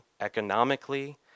economically